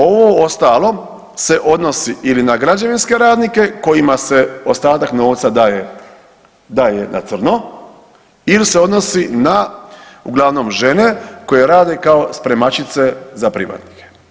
Ovo ostalo se odnosi ili na građevinske radnike kojima se ostatak novca daje, daje na crno ili se odnosi uglavnom žene koje rade kao spremačice za privatnike.